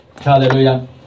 Hallelujah